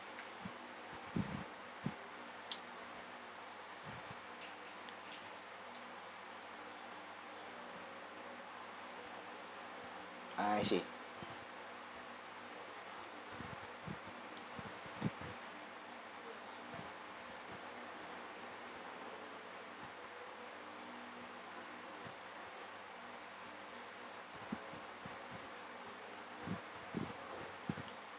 I see